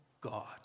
God